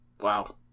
wow